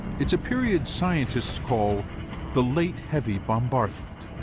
it's a period scientists call the late heavy bombardment.